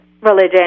religion